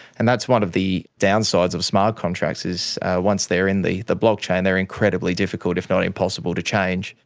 and that's one of the downsides of smart contracts, is once they are in the the blockchain they are incredibly difficult, if not impossible, to change.